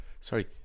Sorry